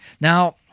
Now